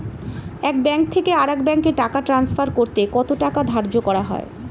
এক ব্যাংক থেকে আরেক ব্যাংকে টাকা টান্সফার করতে কত টাকা ধার্য করা হয়?